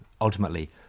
ultimately